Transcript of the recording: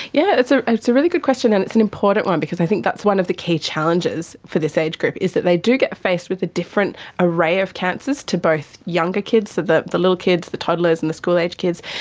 yeah it's ah it's a really good question and it's an important one because i think that's one of the key challenges for this age group, is they do get faced with a different array of cancers to both younger kids, so the the little kids, the toddlers and the school-age kids,